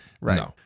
Right